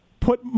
Put